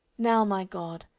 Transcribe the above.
now, my god,